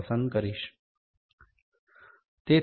005 પસંદ કરીશ